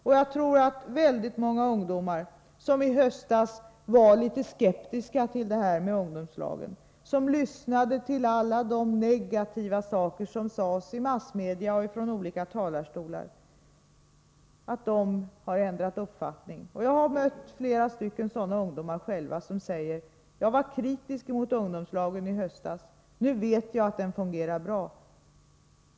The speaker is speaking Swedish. Och jag tror att väldigt många ungdomar som i höstas var litet skeptiska till detta med ungdomslag och som lyssnade till allt det negativa som sades i massmedia och från olika talarstolar, nu har ändrat uppfattning. Jag har mött flera sådana ungdomar som sagt: Jag var kritisk mot ungdomslagen i höstas — nu vet jag att den fungerar bra.